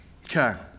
Okay